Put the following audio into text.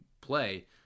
play